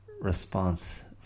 response